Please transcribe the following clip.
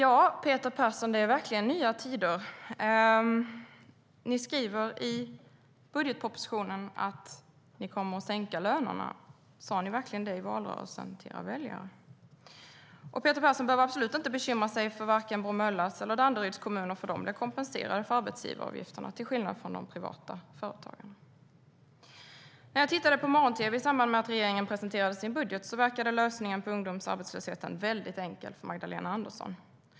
Herr talman! Det är verkligen nya tider, Peter Persson. Ni skriver i budgetpropositionen att ni kommer att sänka lönerna. Sa ni verkligen det i valrörelsen till era väljare? När jag tittade på morgon-tv i samband med att regeringen presenterade sin budget verkade lösningen på ungdomsarbetslösheten väldigt enkel för Magdalena Andersson.